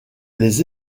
les